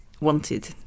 wanted